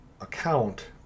account